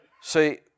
See